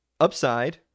upside